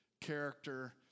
character